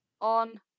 On